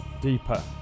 deeper